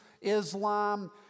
Islam